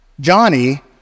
Johnny